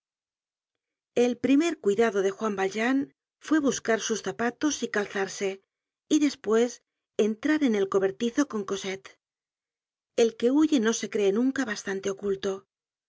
el primer cuidado de juan valjean fue buscar sus zapatos y calzarse y despues entrar en el cobertizo con cosette el que huye no se cree nunca bastante oculto